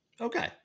Okay